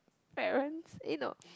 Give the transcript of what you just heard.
parents eh no